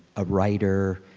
a writer,